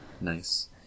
Nice